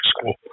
school